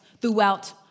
throughout